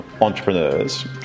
entrepreneurs